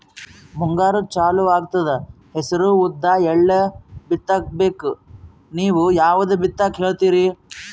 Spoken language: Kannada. ಮುಂಗಾರು ಚಾಲು ಆಗ್ತದ ಹೆಸರ, ಉದ್ದ, ಎಳ್ಳ ಬಿತ್ತ ಬೇಕು ನೀವು ಯಾವದ ಬಿತ್ತಕ್ ಹೇಳತ್ತೀರಿ?